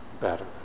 better